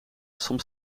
soms